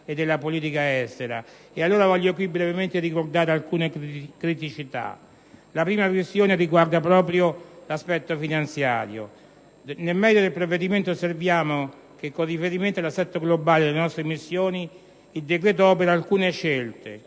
e della politica estera. E allora voglio qui brevemente ricordare alcune criticità. La prima questione riguarda proprio l'aspetto finanziario. Nel merito del provvedimento, osserviamo che, con riferimento all'assetto globale delle nostre missioni, il decreto opera alcune scelte.